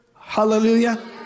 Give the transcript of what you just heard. Hallelujah